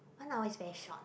one hour is very short